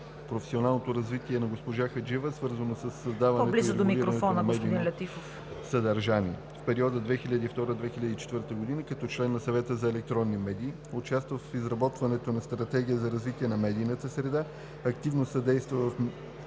Професионалното развитие на госпожа Хаджиева е свързано със създаването и регулирането на медийно съдържание. В периода 2002 – 2004 г. като член на Съвета за електронни медии участва в изработването на Стратегия за развитие на медийната среда, активно съдейства в